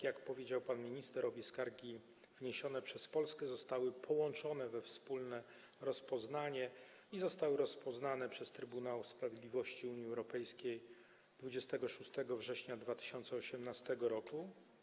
Jak powiedział pan minister, obie skargi wniesione przez Polskę zostały połączone we wspólne rozpoznanie i zostały rozpoznane przez Trybunał Sprawiedliwości Unii Europejskiej 26 września 2018 r.